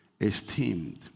esteemed